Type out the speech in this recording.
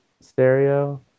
stereo